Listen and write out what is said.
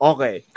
Okay